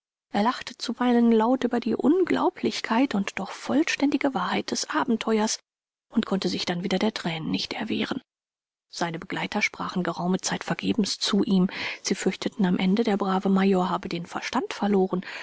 er lachte zuweilen laut über die unglaublichkeit und doch vollständige wahrheit des abenteuers und konnte sich dann wieder der thränen nicht erwehren seine begleiter sprachen geraume zeit vergebens zu ihm sie fürchteten am ende der brave major habe den verstand verloren